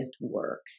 work